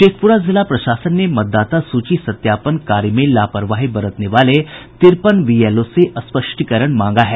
शेखपुरा जिला प्रशासन ने मतदाता सूची सत्यापन कार्य में लापरवाही बतरने वाले तिरपन बीएलओ से स्पष्टीकरण मांगा है